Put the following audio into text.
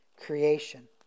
creation